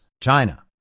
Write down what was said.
China